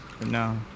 No